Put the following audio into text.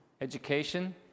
education